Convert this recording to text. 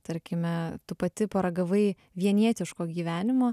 tarkime tu pati paragavai vienietiško gyvenimo